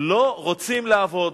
לא רוצים לעבוד,